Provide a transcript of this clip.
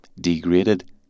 degraded